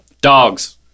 dogs